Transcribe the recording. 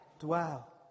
dwell